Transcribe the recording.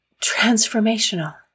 transformational